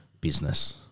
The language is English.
business